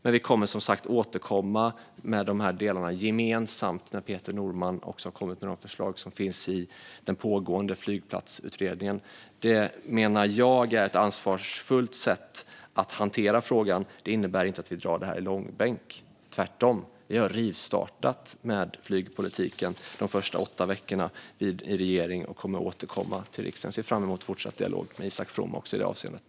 Men vi kommer som sagt att återkomma med dessa delar gemensamt, när Peter Norman har kommit med förslag i den pågående Flygplatsutredningen. Detta är, menar jag, ett ansvarsfullt sätt att hantera frågan. Det innebär inte att vi drar detta i långbänk, tvärtom. Vi har rivstartat med flygpolitiken de första åtta veckorna i regering och kommer att återkomma till riksdagen. Jag ser också fram emot fortsatt dialog med Isak From i det avseendet.